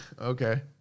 Okay